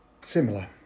Similar